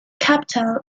capital